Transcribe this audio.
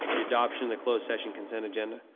the adoption, the closed session consent agenda.